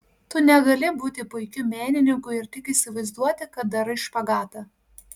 tu negali būti puikiu menininku ir tik įsivaizduoti kad darai špagatą